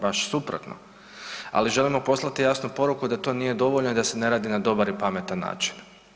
Baš suprotno, ali želimo poslati jasnu poruku da to nije dovoljno i da se ne radi na dobar i pametan način.